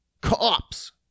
cops